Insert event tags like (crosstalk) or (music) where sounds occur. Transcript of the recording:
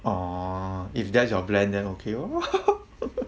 orh if that's your plan then okay lor (laughs)